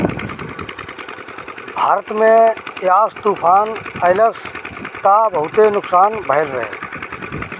भारत में यास तूफ़ान अइलस त बहुते नुकसान भइल रहे